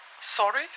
Sorry